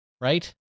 right